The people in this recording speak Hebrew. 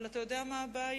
אבל אתה יודע מה הבעיה?